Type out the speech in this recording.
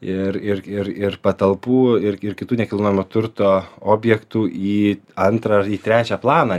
ir ir ir ir patalpų ir ir kitų nekilnojamo turto objektų į antrą ar į trečią planą